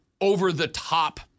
over-the-top